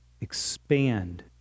expand